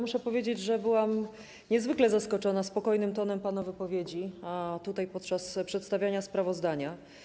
Muszę powiedzieć, że byłam niezwykle zaskoczona spokojnym tonem pana wypowiedzi podczas przedstawiania sprawozdania.